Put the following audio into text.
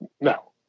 no